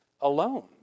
alone